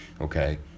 okay